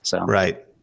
Right